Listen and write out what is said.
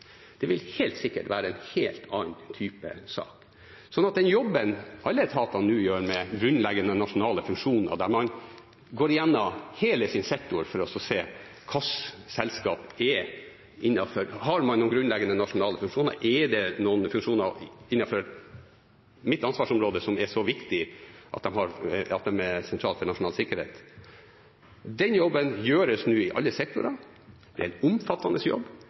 det vil helt sikkert være en helt annen type sak. Den jobben alle etatene nå gjør med grunnleggende nasjonale funksjoner, der man går igjennom hele sin sektor for å se hvilke selskaper som er innenfor – har man noen grunnleggende nasjonale funksjoner, er det noen funksjoner innenfor ens ansvarsområde som er så viktige at de er sentrale for nasjonal sikkerhet? – gjøres nå i alle sektorer. Det er en omfattende jobb,